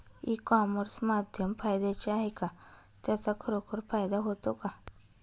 E commerce माध्यम फायद्याचे आहे का? त्याचा खरोखर फायदा होतो का?